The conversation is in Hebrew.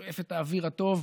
שואף את האוויר הטוב.